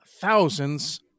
thousands